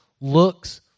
looks